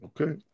Okay